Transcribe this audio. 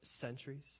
centuries